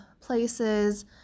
places